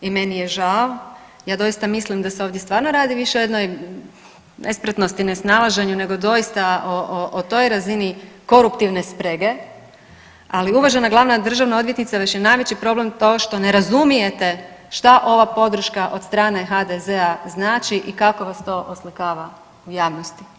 I meni je žao, ja doista mislim da se ovdje stvarno radi više o jednoj nespretnosti, ne snalaženju nego doista o toj razini koruptivne sprege, ali uvažena glavna državna odvjetnice vaš je najveći problem to što ne razumijete šta ova podrška od strane HDZ-a znači i kako vas to oslikava u javnosti.